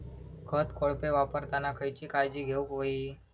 खत कोळपे वापरताना खयची काळजी घेऊक व्हयी?